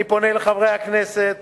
אני פונה לחברי הכנסת